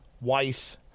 Weiss